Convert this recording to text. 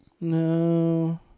No